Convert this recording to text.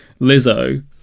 Lizzo